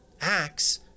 Acts